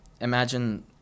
imagine